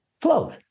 float